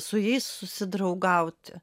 su jais susidraugauti